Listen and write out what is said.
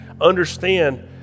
understand